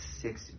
six